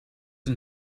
een